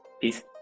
Peace